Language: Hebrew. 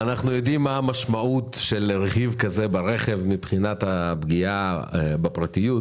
ויודעים מה המשמעות של רכיב כזה ברכב מבחינת הפגיעה בפרטיות,